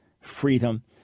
freedom